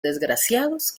desgraciados